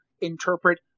interpret